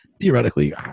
theoretically